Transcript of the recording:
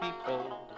people